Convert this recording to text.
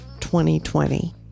2020